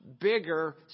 bigger